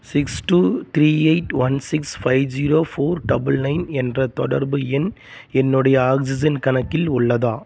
six two three eight one six five zero four double nine என்ற தொடர்பு எண் என்னுடைய ஆக்ஸிஜன் கணக்கில் உள்ளதா